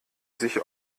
sich